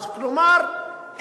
כלומר,